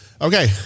Okay